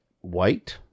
white